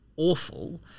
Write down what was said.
awful